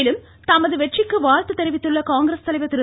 மேலும் தமது வெற்றிக்கு வாழ்த்து தெரிவித்துள்ள காங்கிரஸ் தலைவர் திரு